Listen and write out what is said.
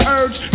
urge